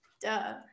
Duh